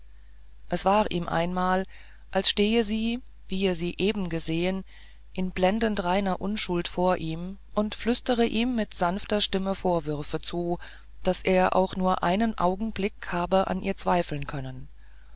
es war ihm da einmal als stehe sie wie er sie eben gesehen hatte in blendend reiner unschuld vor ihm und flüsterte ihm mit sanfter stimme vorwürfe zu daß er auch nur einen augenblick habe an ihr zweifeln können